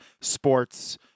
sports